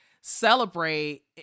celebrate